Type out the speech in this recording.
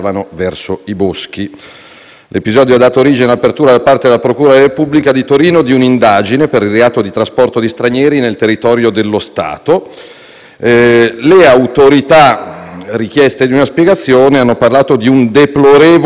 L'episodio ha dato origine all'apertura, da parte della procura della Repubblica di Torino, di un'indagine per il reato di trasporto di stranieri nel territorio dello Stato. Le autorità, di fronte alla richiesta di una spiegazione, hanno parlato di un deplorevole errore,